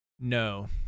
No